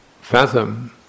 fathom